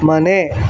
ಮನೆ